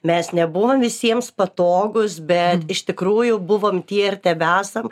mes nebuvom visiems patogūs bet iš tikrųjų buvom tie ir tebe esam